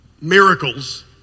miracles